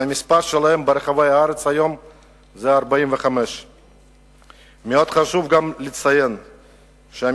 והמספר שלהן ברחבי הארץ היום הוא 45. חשוב מאוד גם לציין שהמכינות